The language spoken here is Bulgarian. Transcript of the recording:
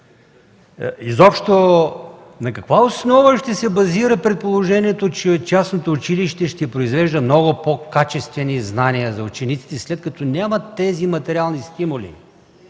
Изобщо на каква основа ще се базира предположението, че частното училище ще произвежда много по-качествени знания за учениците, след като нямат тези материални стимули?